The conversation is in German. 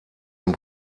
zum